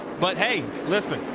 but hey, listen,